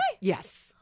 Yes